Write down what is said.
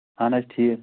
اَہن حظ ٹھیٖک